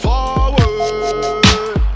Forward